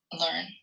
learn